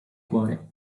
cuore